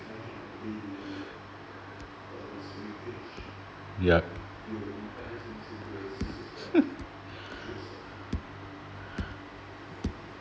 ya hmm